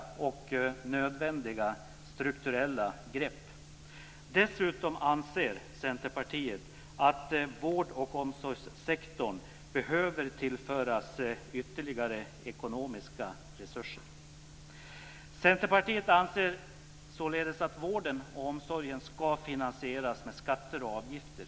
Dessutom anser Centerpartiet att vård och omsorgssektorn behöver tillföras ytterligare ekonomiska resurser. Centerpartiet anser således att vården och omsorgen ska finansieras med skatter och avgifter.